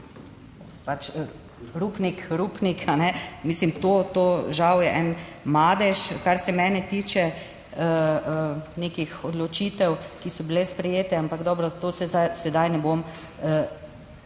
Rupar, Rupnik, Rupnik. Mislim, žal je to en madež, kar se mene tiče, nekih odločitev, ki so bile sprejete; ampak, dobro, v to se sedaj ne bom